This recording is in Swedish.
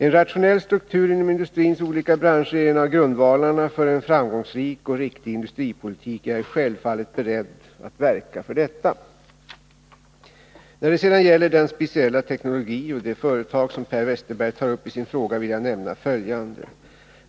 En rationell struktur inom industrins olika branscher är en av grundvalarna för en framgångsrik och riktig industripolitik. Jag är självfallet beredd att verka för detta. När det sedan gäller den speciella teknologi och det företag som Per Westerberg tar upp i sin fråga vill jag nämna följande.